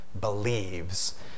believes